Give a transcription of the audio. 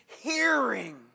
hearing